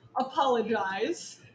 apologize